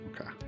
Okay